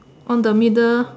on the middle